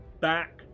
back